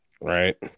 Right